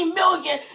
million